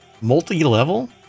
multi-level